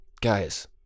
Guys